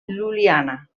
ljubljana